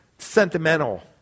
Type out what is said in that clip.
Sentimental